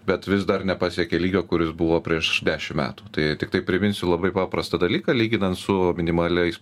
bet vis dar nepasiekė lygio kuris buvo prieš dešim metų tai tiktai priminsiu labai paprastą dalyką lyginant su minimaliais